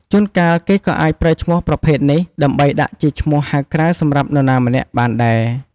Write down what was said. ជួនកាល គេក៏អាចប្រើឈ្មោះប្រភេទនេះ ដើម្បីដាក់ជាឈ្មោះហៅក្រៅសម្រាប់នរណាម្នាក់បានដែរ។